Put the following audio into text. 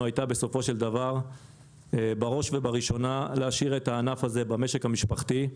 הייתה בסופו של דבר בראש ובראשונה להשאיר את הענף הזה במשק המשפחתי,